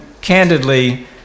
candidly